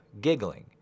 giggling